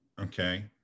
okay